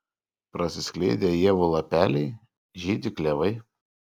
prasiskleidę ievų lapeliai žydi klevai